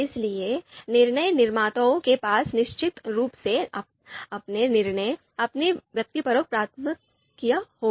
इसलिए निर्णय निर्माताओं के पास निश्चित रूप से अपने निर्णय अपनी व्यक्तिपरक प्राथमिकताएं होंगी